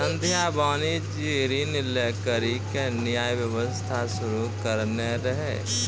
संध्या वाणिज्यिक ऋण लै करि के नया व्यवसाय शुरू करने रहै